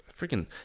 freaking